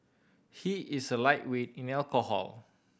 he is a lightweight in alcohol